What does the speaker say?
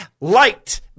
Light